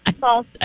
False